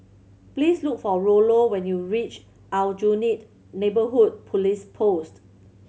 please look for Rollo when you reach Aljunied Neighbourhood Police Post